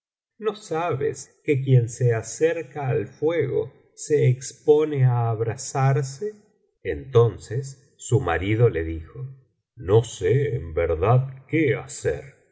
no sabes que quien se acerca al fuego se expone á abrasarse entonces su marido le elijo no sé en verdad qué hacer